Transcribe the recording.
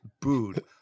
booed